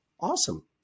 Awesome